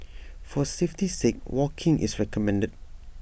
for safety's sake walking is recommended